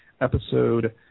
episode